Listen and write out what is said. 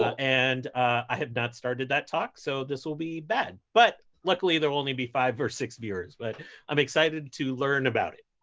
and i have not started that talk, so this will be bad. but luckily there will only be five or six viewers. but i'm excited to learn about it.